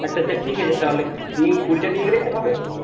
আচ্ছা আচ্ছা ঠিক আছে তাহলে ওই কুড়িটা নিয়ে গেলেই তো হবে